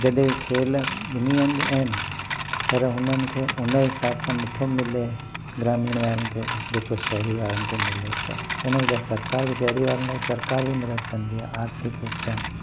जॾहिं खेल ॿिनि हंध आहिनि पर हुननि खे उन हिसाब सां नथो मिले ग्रामीण वारनि खे जेतिरो शहरी वारनि खे मिले थो उन जे सरकार बि शहरी वारनि लाइ सरकार बि मदद कंदी आहे आर्थिक रूप सां